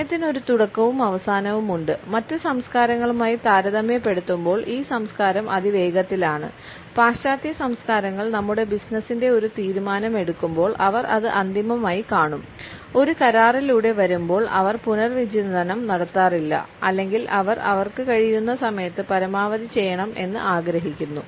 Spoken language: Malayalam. സമയത്തിന് ഒരു തുടക്കവും അവസാനവുമുണ്ട് മറ്റ് സംസ്കാരങ്ങളുമായി താരതമ്യപ്പെടുത്തുമ്പോൾ ഈ സംസ്കാരം അതിവേഗത്തിലാണ് പാശ്ചാത്യ സംസ്കാരങ്ങൾ നമ്മുടെ ബിസിനസ്സിന്റെ ഒരു തീരുമാനം എടുക്കുമ്പോൾ അവർ അത് അന്തിമമായി കാണും ഒരു കരാറിലൂടെ വരുമ്പോൾ അവർ പുനർവിചിന്തനം നടത്താറില്ല അല്ലെങ്കിൽ അവർ അവർക്ക് കഴിയുന്ന സമയത്ത് പരമാവധി ചെയ്യണം എന്ന് ആഗ്രഹിക്കുന്നു